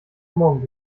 morgen